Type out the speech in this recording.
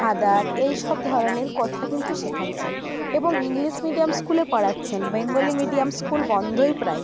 father এই সব ধরনের কথা কিন্তু শেখাচ্ছেন এবং ইংলিশ মিডিয়াম স্কুলে পড়াচ্ছেন বেঙ্গলি মিডিয়াম স্কুল বন্ধই প্রায়